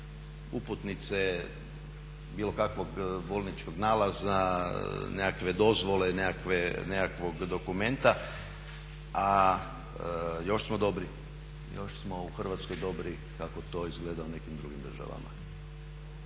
uputnice, bilo kakvog bolničkog nalaza, nekakve dozvole, nekakvog dokumenta a još smo dobri, još smo u Hrvatskoj dobri kako to izgleda u nekim drugim državama.